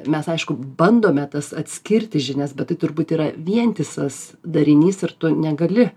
mes aišku bandome tas atskirti žinias bet tai turbūt yra vientisas darinys ir tu negali